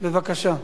בבקשה.